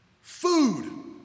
Food